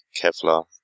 Kevlar